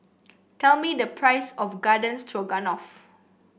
tell me the price of Garden Stroganoff